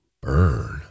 Burn